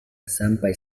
sampai